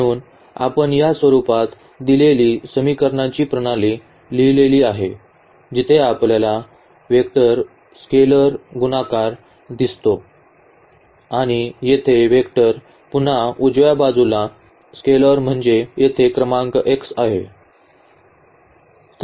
म्हणून आपण या स्वरूपात दिलेली समीकरणांची प्रणाली लिहिलेली आहे जिथे आपल्याला वेक्टर स्केलर गुणाकार दिसतो आणि येथे वेक्टर पुन्हा उजव्या बाजूला स्केलर म्हणजे येथे क्रमांक x आहे